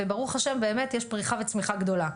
וברוך השם באמת יש פריחה וצמיחה גדולה.